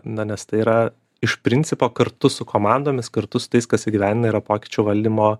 na nes tai yra iš principo kartu su komandomis kartu su tais kas įgyvendina yra pokyčių valdymo